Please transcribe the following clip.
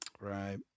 Right